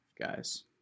Guys